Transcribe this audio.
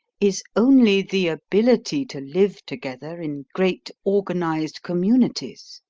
is only the ability to live together in great organised communities.